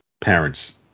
parents